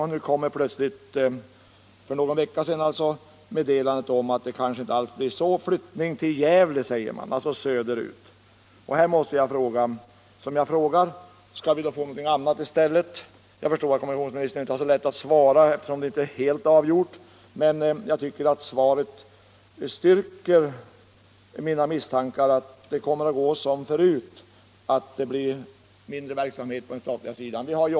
Och så kom plötsligt för någon vecka sedan meddelandet att det kanske inte alls blir så. Det talas om flyttning till Gävle, alltså söderut. Jag måste då ställa frågan: Skall vi då få någonting annat i stället? Jag förstår att kommunikationsministern inte har så lätt att svara på det, eftersom saken ännu inte är helt avgjord. Men det svar jag har fått stärker mig i mina misstankar att det kommer att gå som det har gjort tidigare: Det blir mindre verksamhet på den statliga sidan i Vännäs.